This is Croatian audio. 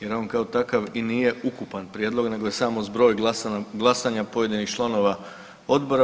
Jer on kao takav i nije ukupan prijedlog, nego je samo zbroj glasanja pojedinih članova Odbora.